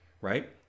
right